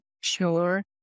sure